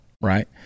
Right